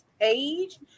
page